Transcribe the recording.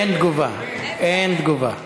אין תגובה, אין תגובה.